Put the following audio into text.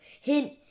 Hint